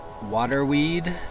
Waterweed